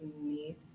need